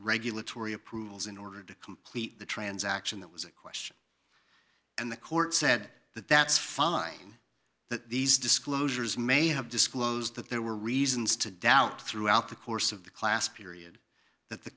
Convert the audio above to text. regulatory approvals in order to complete the transaction that was a question and the court said that that's fine that these disclosures may have disclosed that there were reasons to doubt throughout the course of the class period that the